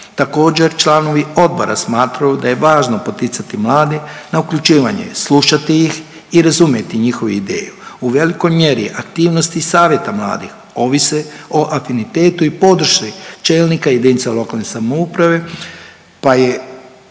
Također članovi odbora smatraju da je važno poticati mlade na uključivanje slušati ih i razumjeti njihovu ideju. U velikoj mjeri aktivnosti savjeta mladih ovise o afinitetu i podršci čelnika jedinica lokalne samouprave, pa je